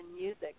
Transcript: music